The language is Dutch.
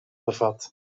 bevat